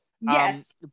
Yes